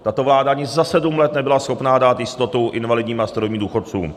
Tato vláda ani za sedm let nebyla schopna dát jistotu invalidním a starobním důchodcům.